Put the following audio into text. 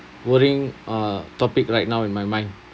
worrying uh topic right now in my mind